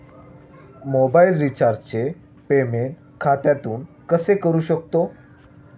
Mobile रिचार्जचे payment खात्यातून कसे करू शकतो?